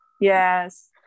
Yes